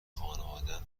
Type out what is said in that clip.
خانوادهام